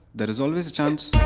there's always a chance.